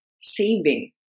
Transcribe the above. saving